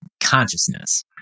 consciousness